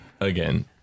again